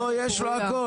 לא, יש לו הכל.